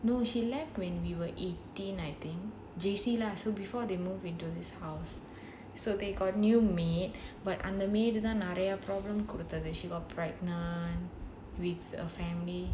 no she left when we were eighteen nineteen J_C lah so before they move into his house so they got new maid but அந்த வீடு தான் நெறய பேர கொடுத்தது:andha veedu thaan neraya pera koduthathu then she got pregnant with a family